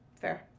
Fair